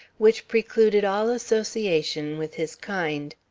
which precluded all association with his kind.